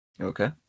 Okay